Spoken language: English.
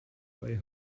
way